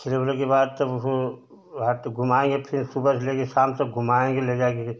खिलाने के बाद तब उसको घुमाएँगे फिर सुबह से लेकर शाम तक घुमाएँगे ले जाकर